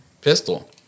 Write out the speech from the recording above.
pistol